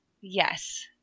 yes